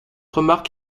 remarque